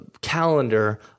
calendar